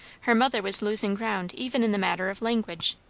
her mother was losing ground even in the matter of language.